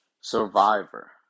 survivor